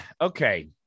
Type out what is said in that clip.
Okay